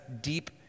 deep